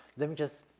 let me just,